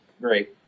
Great